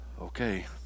Okay